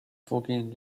vorgehen